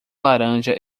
laranja